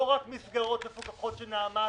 לא רק מסגרות מפוקחות של נעמ"ת,